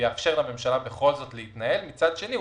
מצד שני,